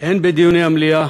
הן בדיוני המליאה,